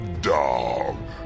Dog